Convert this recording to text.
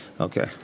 Okay